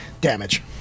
damage